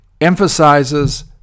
Emphasizes